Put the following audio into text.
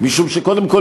קודם כול,